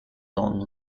long